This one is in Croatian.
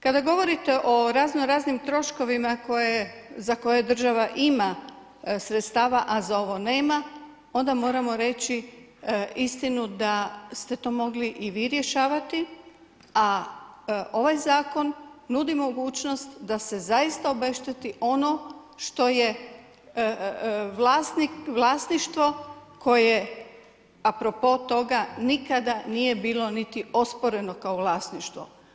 Kada govorite o razno raznim troškovima za koje država ima sredstava a za ovo nema, onda moramo reći istinu da ste to mogli i vi rješavati, a ovaj zakon nudi mogućnost da se zaista obešteti ono što je vlasništvo koje a pro po toga nikada nije bilo niti osporeno kao vlasništvo.